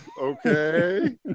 okay